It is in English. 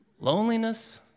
loneliness